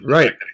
Right